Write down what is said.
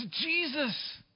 Jesus